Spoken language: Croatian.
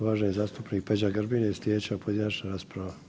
Uvaženi zastupnik Peđa Grbin je slijedeća pojedinačna rasprava.